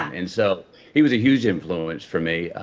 and so he was a huge influence for me.